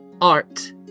art